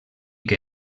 que